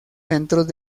centros